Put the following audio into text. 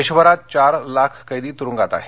देशभरात चार लाख कैदी तुरुंगात आहेत